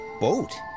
boat